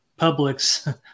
Publix